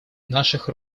наших